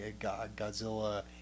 Godzilla